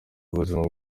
ubuzima